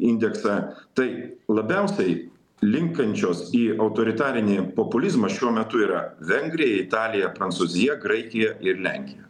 indeksą tai labiausiai linkančios į autoritarinį populizmą šiuo metu yra vengrija italija prancūzija graikija ir lenkija